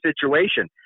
situation